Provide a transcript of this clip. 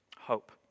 hope